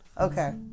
Okay